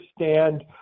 understand